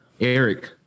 Eric